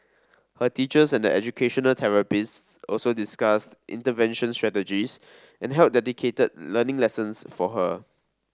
her teachers and educational therapists also discussed intervention strategies and held dedicated learning lessons for her